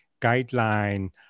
guideline